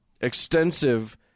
extensive